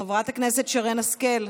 חברת הכנסת שרן השכל.